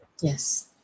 yes